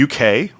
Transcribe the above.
UK